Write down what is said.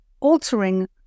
altering